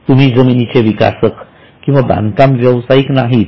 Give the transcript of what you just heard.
तुम्ही जमिनीचे विकासक किंवा बांधकाम व्यावसायिक नाहीत